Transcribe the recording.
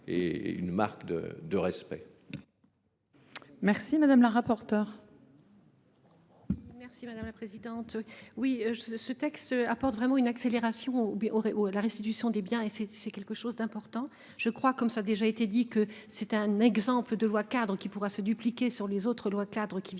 Merci madame la présidente.